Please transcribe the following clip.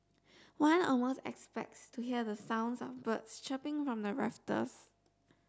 one almost expects to hear the sounds of birds chirping from the rafters